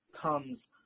comes